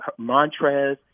Montrez